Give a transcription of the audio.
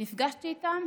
נפגשתי איתם,